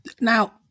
Now